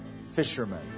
fishermen